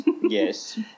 Yes